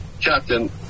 captain